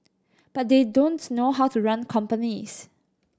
but they don't know how to run companies